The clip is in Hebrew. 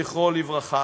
זכרו לברכה,